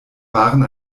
waren